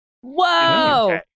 Whoa